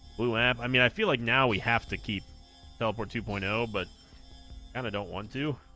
lou i um i mean i feel like now we have to keep help or two point zero but and i don't want to